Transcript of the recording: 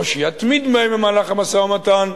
או שיתמיד בהן במהלך המשא-ומתן.